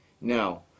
Now